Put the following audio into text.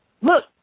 look